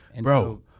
Bro